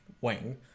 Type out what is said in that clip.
wing